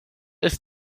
ist